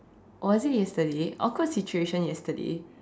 was it yesterday awkward situation yesterday